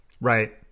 Right